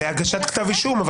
להגשת כתב אישום.